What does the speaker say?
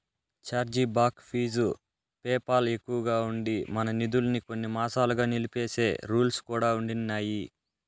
charge back fees PayPal ఎక్కువగా ఉండి, మన నిదుల్మి కొన్ని మాసాలుగా నిలిపేసే రూల్స్ కూడా ఉండిన్నాయి